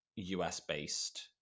US-based